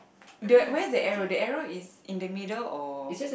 the where the arrow the arrow is in the middle or